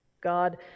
God